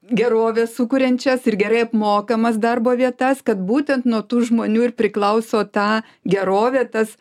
gerovę sukuriančias ir gerai apmokamas darbo vietas kad būtent nuo tų žmonių ir priklauso ta gerovė tas